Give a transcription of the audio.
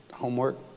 homework